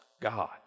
God